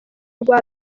rwa